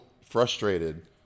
frustrated